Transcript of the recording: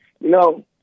No